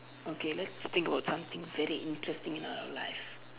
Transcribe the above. okay let's think about something very interesting in our life